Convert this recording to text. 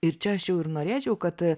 ir čia aš jau ir norėčiau kad